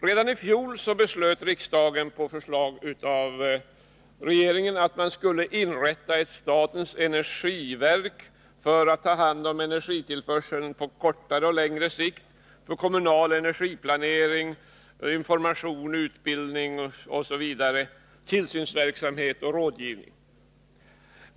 Redani fjol beslöt riksdagen på förslag av regeringen att man skulle inrätta ett statens energiverk för att ta hand om energitillförseln på kortare och längre sikt, kommunal energiplanering, information, utbildning, tillsynsverksamhet och rådgivning.